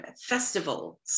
festivals